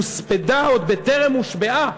הוספדה עוד בטרם הושבעה,